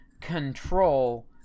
control